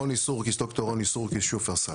רוני סורקיס, ד"ר רוני סורקיס, שופרסל.